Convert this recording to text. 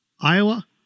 Iowa